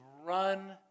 run